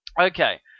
Okay